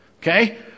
Okay